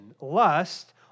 lust